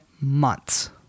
months